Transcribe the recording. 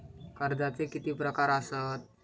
कर्जाचे किती प्रकार असात?